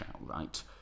right